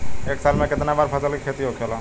एक साल में कितना बार फसल के खेती होखेला?